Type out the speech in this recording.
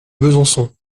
besançon